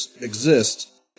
exist